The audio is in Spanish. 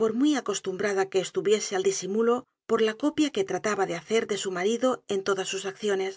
por muy acostumbrada que estuviese al disimulo por la copia que trataba de hacer de su marido en todas sus acciones